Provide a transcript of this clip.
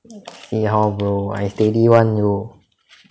see how bro I steady [one] bro